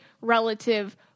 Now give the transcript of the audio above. relative